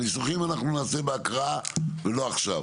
את הניסוחים אנחנו נעשה בהקראה, ולא עכשיו.